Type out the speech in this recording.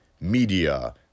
media